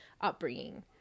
upbringing